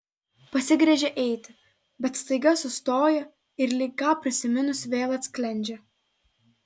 pasigręžia eiti bet staiga sustoja ir lyg ką prisiminus vėl atsklendžia